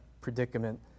predicament